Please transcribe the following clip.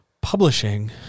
Publishing